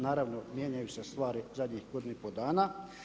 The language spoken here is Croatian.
Naravno mijenjaju se stvari zadnjih godinu i pol dana.